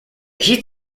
heat